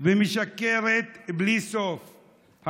ומשקרת בלי סוף.